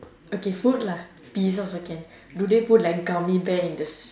okay food lah pizza also can do they put like gummy bear in the